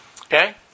Okay